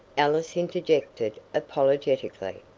ellis interjected apologetically.